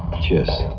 cheers!